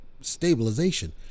stabilization